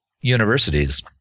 universities